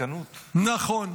העסקנות --- נכון.